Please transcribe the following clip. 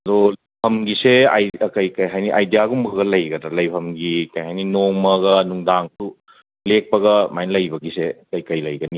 ꯑꯗꯣ ꯂꯝꯒꯤꯁꯦ ꯑꯥꯏ ꯀꯩ ꯀꯩ ꯍꯥꯏꯅꯤ ꯑꯥꯏꯗꯤꯌꯥꯒꯨꯝꯕꯒ ꯂꯩꯒꯗ꯭ꯔ ꯂꯩꯚꯝꯒꯤ ꯀꯩ ꯍꯥꯏꯅꯤ ꯅꯣꯡꯃꯒ ꯅꯨꯡꯗꯥꯡꯁꯨ ꯂꯦꯛꯄꯒ ꯑꯃꯥꯏ ꯂꯩꯕꯒꯤꯁꯦ ꯀꯩ ꯀꯩ ꯂꯩꯒꯅꯤ ꯈꯪꯒꯗ꯭ꯔꯥ